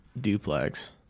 duplex